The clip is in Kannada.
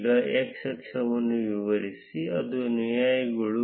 ಈಗ x ಅಕ್ಷವನ್ನು ವಿವರಿಸಿ ಅದು ಅನುಯಾಯಿಗಳು